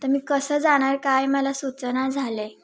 तर मी कसं जाणार काय मला सुचेना झालं आहे